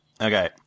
Okay